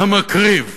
המקריב,